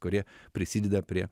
kurie prisideda prie